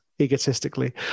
egotistically